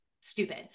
stupid